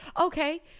Okay